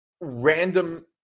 random